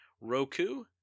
Roku